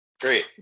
Great